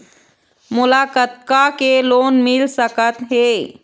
मोला कतका के लोन मिल सकत हे?